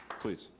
please.